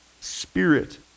spirit